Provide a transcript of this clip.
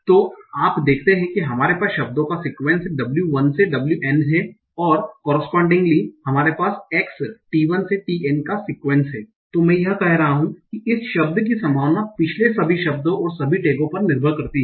तो आप देखते हैं कि हमारे पास शब्दों का सिक्यूएन्स w1 से wn है और कोररेस्पोंडिंगली हमारे पास x t1 से tn का सिक्यूएन्स है तो मैं यह कह रहा हूं कि इस शब्द की संभावना पिछले सभी शब्दों और सभी टैगों पर निर्भर करती है